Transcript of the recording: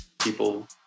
people